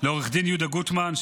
לעורך הדין יהודה גוטמן,